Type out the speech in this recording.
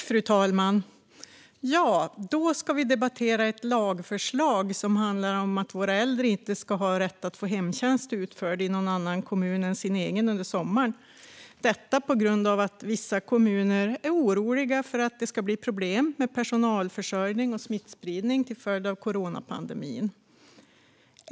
Fru talman! Vi ska debattera ett lagförslag som handlar om att våra äldre inte ska ha rätt att få hemtjänst utförd i någon annan kommun än sin egen under sommaren - detta på grund av att vissa kommuner är oroliga för att det ska bli problem med personalförsörjning och smittspridning till följd av coronapandemin.